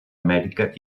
amèrica